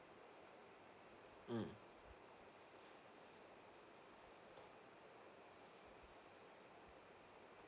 mm